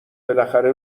بالاخره